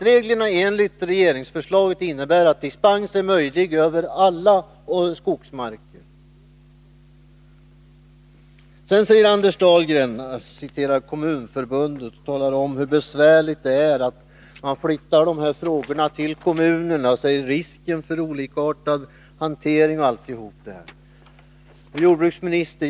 Regeringsförslaget av bekämpningsinnebär att det är möjligt att ge dispens för giftanvändning på alla medel över skogsskogsmarker. Anders Dahlgren citerar Kommunförbundet och talar om hur besvärligt det är att flytta de här frågorna till kommunerna, om risker för olikartad hantering och alltihop det där.